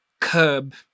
curb